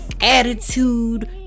attitude